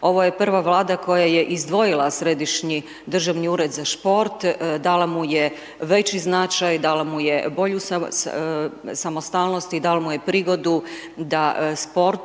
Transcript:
Ovo je prva vlada, koja je izdvojila središnji državni ured za šport, dala mu je veći značaj, dala mu je bolju samostalnost i dala mu je prigodom, da sportom